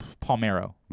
Palmero